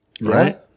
right